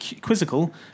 quizzical